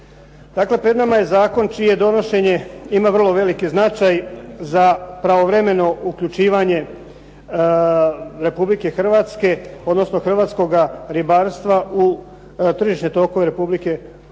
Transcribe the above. Dakle, pred nama je zakon čije donošenje ima vrlo veliki značaj za pravovremeno uključivanje Republike Hrvatske, odnosno hrvatskoga ribarstva u tržišne tokove Europske